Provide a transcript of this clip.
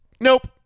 Nope